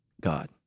God